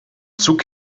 zug